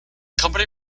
company